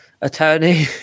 attorney